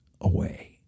away